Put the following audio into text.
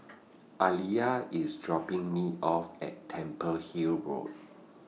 Aliyah IS dropping Me off At Temple Hill Road